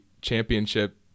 championship